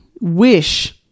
wish